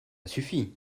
suffit